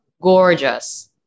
gorgeous